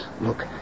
Look